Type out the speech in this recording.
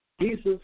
Jesus